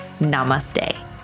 Namaste